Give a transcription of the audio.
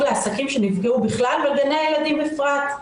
לעסקים שנפגעו בכלל וגני הילדים בפרט.